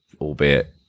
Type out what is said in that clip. albeit